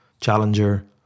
Challenger